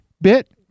bit